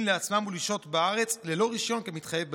לעצמם ולשהות בארץ ללא רישיון כמתחייב בדין.